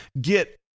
get